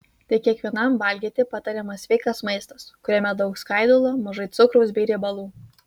tai kiekvienam valgyti patariamas sveikas maistas kuriame daug skaidulų mažai cukraus bei riebalų